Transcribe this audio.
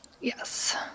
Yes